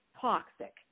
toxic